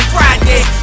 Friday